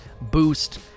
boost